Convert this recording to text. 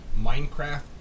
Minecraft